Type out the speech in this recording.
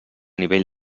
nivell